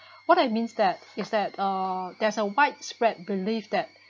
what I means that is that uh there's a widespread belief that